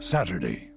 Saturday